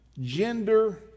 gender